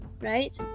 right